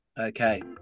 Okay